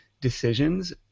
decisions